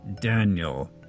Daniel